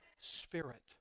spirit